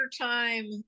time